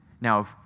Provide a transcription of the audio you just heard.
Now